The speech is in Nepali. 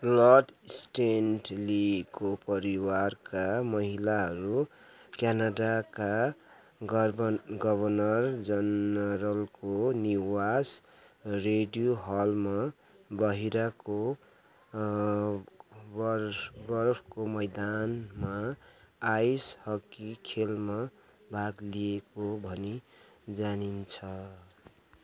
लर्ड स्टेनलीको परिवारका महिलाहरू क्यानाडाका गभ गभर्नर जनरलको निवास रिडेउ हलमा बाहिरको बरफको मैदानमा आइस हकी भाग लिएको भनी जानिन्छन्